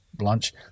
Lunch